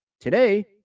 today